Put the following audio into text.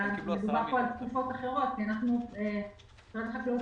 -- מדובר פה על תקופות אחרות כי משרד החקלאות